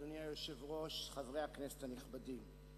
אדוני היושב-ראש, חברי הכנסת הנכבדים,